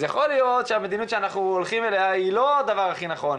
אז יכול להיות שהמדיניות שאנחנו הולכים אליה היא לא הדבר הכי נכון,